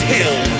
Hill